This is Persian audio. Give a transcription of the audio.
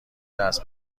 دست